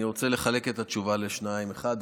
ואני רוצה לחלק את התשובה לשניים: אחת,